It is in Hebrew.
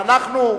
אנחנו,